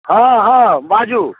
हाँ हाँ बाजू